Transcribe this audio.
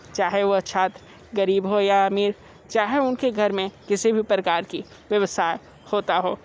चाहे वो छात्र गरीब हो या अमीर चाहे उनके घर में किसी भी प्रकार की व्यवसाय होता हो